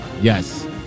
Yes